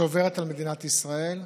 שעוברת על מדינת ישראל.